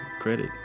credit